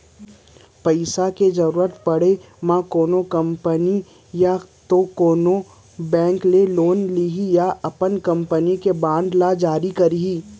पइसा के जरुरत पड़े म कोनो कंपनी या तो कोनो बेंक ले लोन लिही या अपन कंपनी के बांड जारी करही